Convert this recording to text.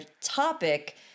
topic